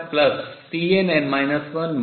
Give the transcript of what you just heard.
Cnn 1